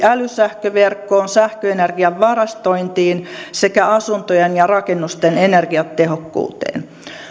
älysähköverkkoon sähköenergian varastointiin sekä asuntojen ja rakennusten energiatehokkuuteen